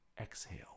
exhale